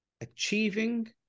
achieving